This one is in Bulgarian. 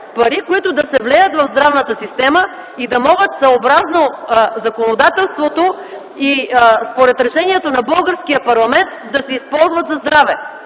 Пари, които да се влеят в здравната система и да могат съобразно законодателството и според решението на българския парламент да се използват за здраве!